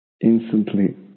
instantly